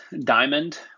Diamond